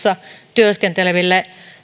työskenteleville